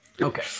Okay